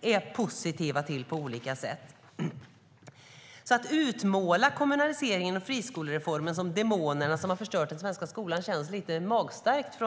är positivt till? Att från Vänsterpartiets sida utmåla kommunaliseringen och friskolereformen som demonerna som förstört den svenska skolan känns lite magstarkt.